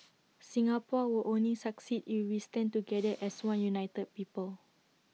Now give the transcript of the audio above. Singapore will only succeed if we stand together as one united people